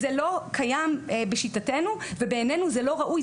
זה לא קיים בשיטתנו ובעינינו זה לא ראוי.